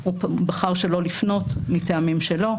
הוא בחר שלא לפנות מטעמים שלו.